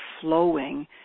flowing